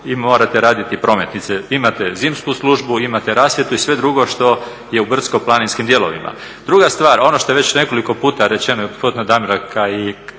i morate raditi prometnice. Imate zimsku službu, imate rasvjetu i sve drugo što je u brdsko-planinskim dijelovima. Druga stvar, ono što je već nekoliko puta rečeno i od gospodina Damira Kajina.